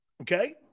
Okay